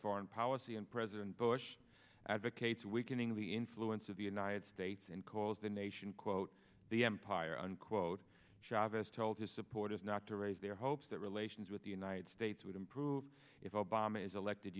foreign policy and president bush advocates weakening the influence of the united states and calls the nation quote the empire unquote chavez told his supporters not to raise their hopes that relations with the united states would improve if obama is elected